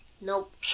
Nope